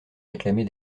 réclamer